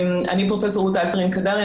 אני פרופ' רות הלפרין קדרי,